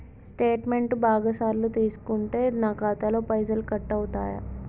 Statement బాగా సార్లు తీసుకుంటే నాకు ఖాతాలో పైసలు కట్ అవుతయా?